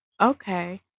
Okay